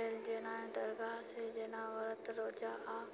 लेल जेना दरगाह छै जेना व्रत रोजा आ